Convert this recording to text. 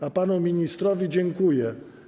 A panu ministrowi dziękuję.